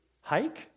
hike